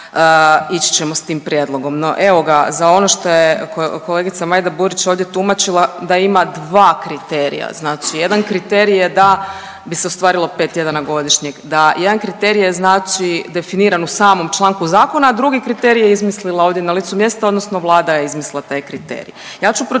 ići ćemo s tim prijedlogom. No, evo ga za ono što je kolegica Majda Burić ovdje tumačila da ima dva kriterija. Znači jedan kriterij je da bi se ostvarilo 5 tjedana godišnjeg, da jedan kriterij je znači definiran u samom članku zakona, a drugi kriterij je izmislila ovdje na licu mjesta odnosno Vlada je izmislila taj kriterij.